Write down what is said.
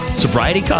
Sobriety